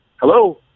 Hello